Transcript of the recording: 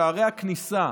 שערי הכניסה,